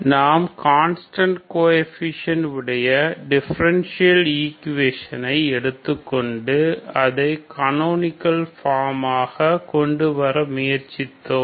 நாம் constant coefficient உடைய differential equation ஐ எடுத்துக்கொண்டு அதை கனோனிகள் ஃபார்ம் ஆக கொண்டு வர முயற்சித்தோம்